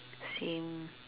same